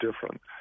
different